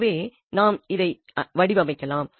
எனவே நாம் இதை வடிவமைக்கலாம்